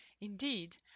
Indeed